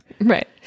Right